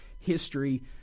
history